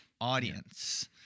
audience